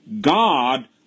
God